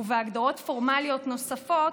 ובהגדרות פורמליות נוספות,